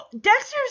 Dexter's